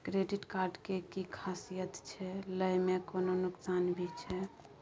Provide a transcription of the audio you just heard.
Credit card के कि खासियत छै, लय में कोनो नुकसान भी छै?